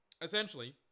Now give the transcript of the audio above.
Essentially